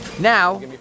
Now